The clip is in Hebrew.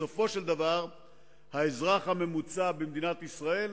בסופו של דבר האזרח הממוצע במדינת ישראל